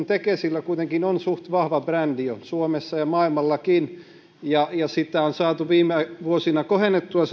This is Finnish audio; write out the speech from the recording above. tekesillä kuitenkin on suht vahva brändi jo suomessa ja maailmallakin ja sen brändin tunnettavuutta on saatu viime vuosina kohennettua